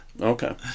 Okay